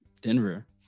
Denver